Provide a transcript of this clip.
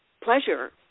pleasure